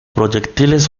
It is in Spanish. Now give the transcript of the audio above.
proyectiles